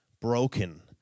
Broken